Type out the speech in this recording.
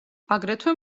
აგრეთვე